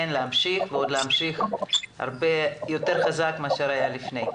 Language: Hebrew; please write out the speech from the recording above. להמשיך ועוד להמשיך יותר חזק מאשר היה לפני.